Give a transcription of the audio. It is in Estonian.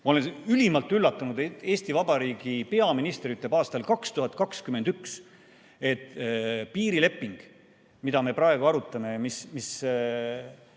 Ma olen ülimalt üllatunud, et Eesti Vabariigi peaminister ütleb aastal 2021, et piirileping, mida me praegu arutame, mis